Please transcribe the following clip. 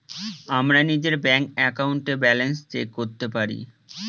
আমরা নিজের ব্যাঙ্ক একাউন্টে ব্যালান্স চেক করতে পারি